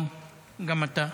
גם אתה.